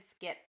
get